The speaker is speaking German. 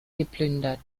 geplündert